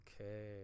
Okay